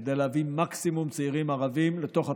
כדי להביא מקסימום צעירים ערבים לתוך התוכניות,